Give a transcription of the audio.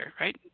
right